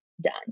done